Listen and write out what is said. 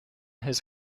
his